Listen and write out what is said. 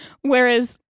Whereas